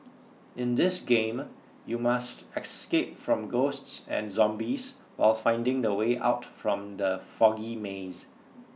in this game you must escape from ghosts and zombies while finding the way out from the foggy maze